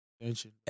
attention